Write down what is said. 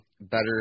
better